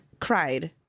cried